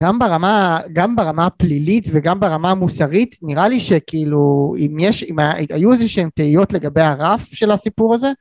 גם ברמה, גם ברמה הפלילית וגם ברמה המוסרית, נראה לי שכאילו אם יש, אם היו איזה שהם תהיות לגבי הרף של הסיפור הזה